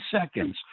seconds